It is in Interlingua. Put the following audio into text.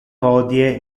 hodie